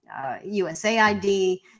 USAID